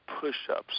push-ups